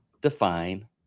define